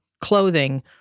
clothing